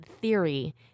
theory